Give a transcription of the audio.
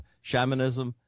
shamanism